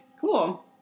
Cool